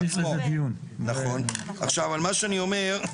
מה שאני אומר,